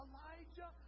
Elijah